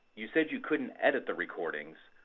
you said you couldn't edit the recordings,